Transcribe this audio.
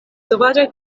sovaĝaj